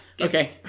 okay